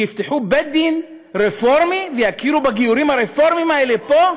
שיפתחו בית-דין רפורמי ויכירו בגיורים הרפורמיים האלה פה?